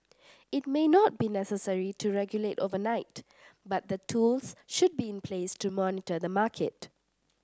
it may not be necessary to regulate overnight but the tools should be in place to monitor the market